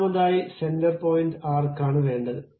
ഒന്നാമതായി centre point ആർക്കാണ് വേണ്ടത്